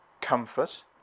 comfort